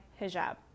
hijab